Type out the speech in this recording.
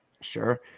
sure